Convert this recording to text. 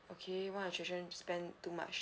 okay one of the children spend too much